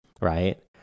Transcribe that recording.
right